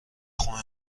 خونه